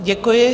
Děkuji.